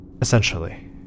Essentially